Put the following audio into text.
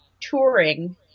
touring